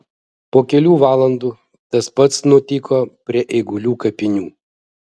po kelių valandų tas pats nutiko prie eigulių kapinių